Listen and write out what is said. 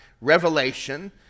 Revelation